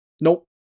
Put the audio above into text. Nope